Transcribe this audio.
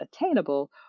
attainable